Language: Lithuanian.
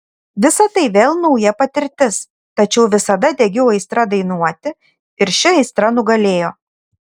visa tai vėl nauja patirtis tačiau visada degiau aistra dainuoti ir ši aistra nugalėjo